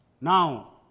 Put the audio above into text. Now